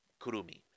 Kurumi